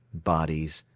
bodies,